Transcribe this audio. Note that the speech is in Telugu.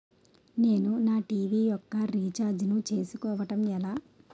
నేను నా టీ.వీ యెక్క రీఛార్జ్ ను చేసుకోవడం ఎలా?